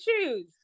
choose